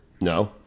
No